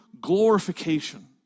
glorification